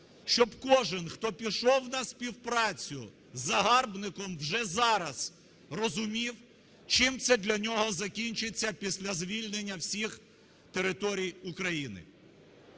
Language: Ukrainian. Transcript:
щоб кожен, хто пішов на співпрацю із загарбником, вже зараз розумів, чим це для нього закінчиться після звільнення всіх територій України.